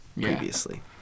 previously